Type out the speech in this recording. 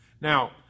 Now